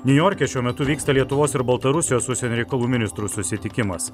niujorke šiuo metu vyksta lietuvos ir baltarusijos užsienio reikalų ministrų susitikimas